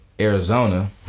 Arizona